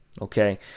Okay